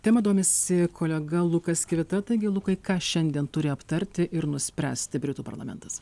tema domisi kolega lukas kivita taigi lukai ką šiandien turi aptarti ir nuspręsti britų parlamentas